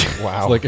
wow